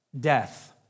Death